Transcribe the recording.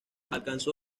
alcanzó